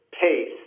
pace